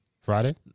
Friday